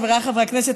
חבריי חברי הכנסת,